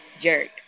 jerk